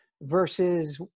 versus